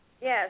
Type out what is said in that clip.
Yes